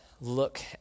look